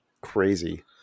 crazy